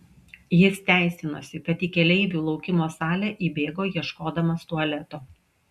jis teisinosi kad į keleivių laukimo salę įbėgo ieškodamas tualeto